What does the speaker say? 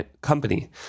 company